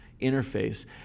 interface